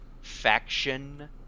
faction